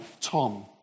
Tom